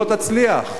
לא תצליח,